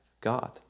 God